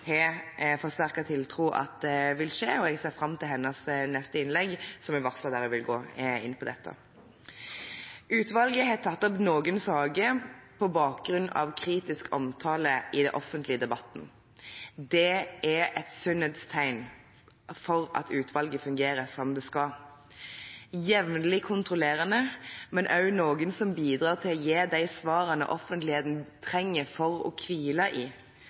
har forsterket tiltro til at det vil skje, og jeg ser fram til hennes neste innlegg, som er varslet vil gå inn på dette. Utvalget har tatt opp noen saker på bakgrunn av kritisk omtale i den offentlige debatten. Det er et sunnhetstegn som viser at utvalget fungerer som det skal – jevnlig kontrollerende, men også slik at de bidrar til å gi de svarene offentligheten trenger å hvile i,